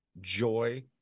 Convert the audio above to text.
joy